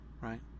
Right